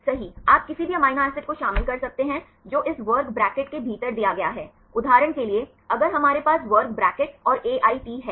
सही आप किसी भी अमीनो एसिड को शामिल कर सकते हैं जो इस वर्ग ब्रैकेट के भीतर दिया गया है उदाहरण के लिए अगर हमारे पास वर्ग ब्रैकेट और AIT है